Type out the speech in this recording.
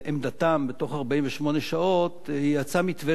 בתוך 48 שעות יצא מתווה של ראש הממשלה